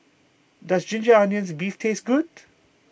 does Ginger Onions Beef taste good